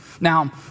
Now